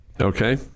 Okay